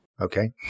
Okay